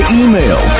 email